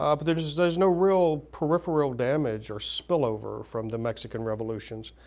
um there's there's no real peripheral damage or spillover from the mexican revolutions.